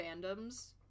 fandoms